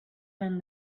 than